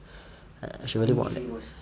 I should already watch right